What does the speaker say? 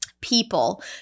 people